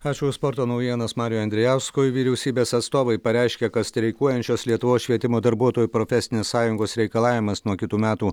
ačiū už sporto naujienas marijui andrijauskui vyriausybės atstovai pareiškė kad streikuojančios lietuvos švietimo darbuotojų profesinės sąjungos reikalavimas nuo kitų metų